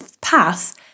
path